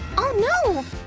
oh no!